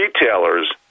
retailers